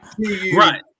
Right